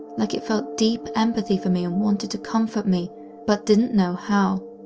like it felt deep empathy for me and wanted to comfort me but didn't know how.